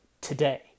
today